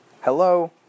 hello